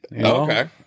Okay